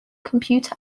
computer